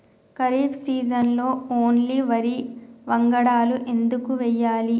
ఖరీఫ్ సీజన్లో ఓన్లీ వరి వంగడాలు ఎందుకు వేయాలి?